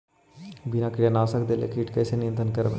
बिना कीटनाशक देले किट कैसे नियंत्रन करबै?